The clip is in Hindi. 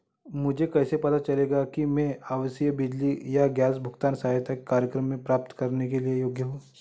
मुझे कैसे पता चलेगा कि मैं आवासीय बिजली या गैस भुगतान सहायता कार्यक्रम प्राप्त करने के योग्य हूँ?